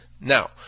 Now